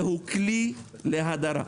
זה הוא כלי להדרה.